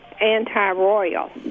anti-royal